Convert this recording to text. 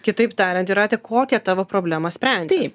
kitaip tariant jūrate kokią tavo problemą sprendžia